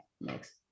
next